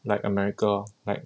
like america lor like